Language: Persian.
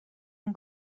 اون